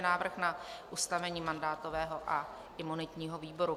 Návrh na ustavení mandátového a imunitního výboru